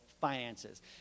finances